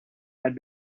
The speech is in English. had